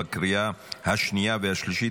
בקריאה השנייה והשלישית.